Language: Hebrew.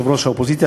יושב-ראש האופוזיציה,